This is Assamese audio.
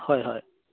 হয় হয়